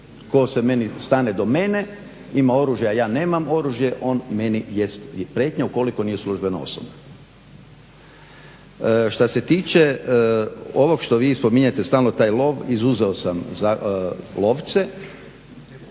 se meni stane do mene, ima oružje, a ja nemam oružje on meni jest i prijetnja ukoliko nije službena osoba. Što se tiče ovog što vi spominjete stalno taj lov izuzeo sam lovce